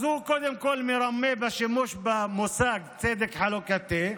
אז הוא קודם כול מרמה בשימוש במושג צדק חלוקתי,